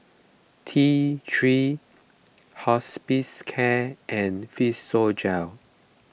T three cHospicare and Physiogel